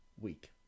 week